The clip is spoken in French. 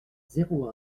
zéro